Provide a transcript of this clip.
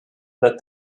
that